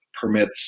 permits